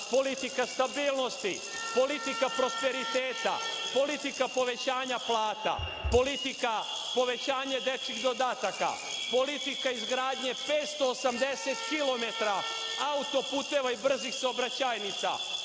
politika stabilnosti, politika prosperiteta, politika povećanja plata, politika povećanja dečijih dodataka, politika izgradnje 580 kilometara auto-puteva i brzih saobraćajnica,